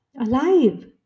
alive